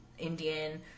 indian